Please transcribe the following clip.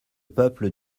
peuple